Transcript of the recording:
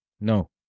no